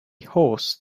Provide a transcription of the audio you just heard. horse